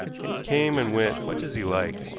and he came and went much as he liked,